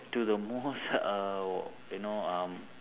to the most uh you know um